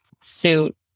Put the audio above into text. suit